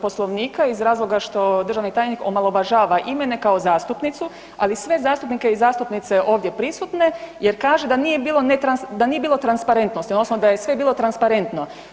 Poslovnika iz razloga što državni tajnik omalovažava i mene kao zastupnicu, ali i sve zastupnike i zastupnice ovdje prisutne jer kaže da nije bilo transparentnosti odnosno da je sve bilo transparentno.